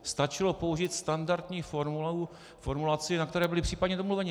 Stačilo použít standardní formulaci, na které byli případně domluveni.